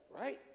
Right